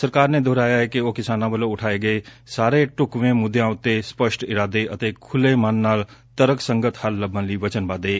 ਸਰਕਾਰ ਨੇ ਦੂਹਰਾਇਆ ਏ ਕਿ ਉਹ ਕਿਸਾਨਾ ਵੱਲੋ ਉਠਾਏ ਗਏ ਸਾਰੇ ਢੂਕਵੇ ਮੁੱਦਿਆਂ ਤੇ ਸਪਸ਼ਟ ਇਰਾਦੇ ਅਤੇ ਖੁਲ੍ਹੇ ਦਿਮਾਗ ਨਾਲ ਤਰਕਸੰਗਤ ਹੱਲ ਲੱਭਣ ਲਈ ਵਚਨਬੱਧ ਏ